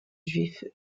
juif